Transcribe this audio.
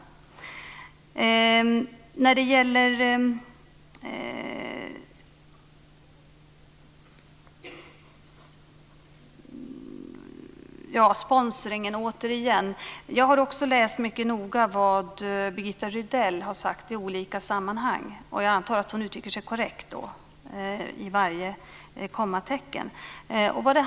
Återigen är det frågan om sponsring. Jag har läst noga vad Birgitta Rydell har sagt i olika sammanhang. Jag antar att hon uttrycker sig korrekt i varje kommatecken.